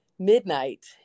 midnight